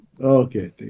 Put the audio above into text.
Okay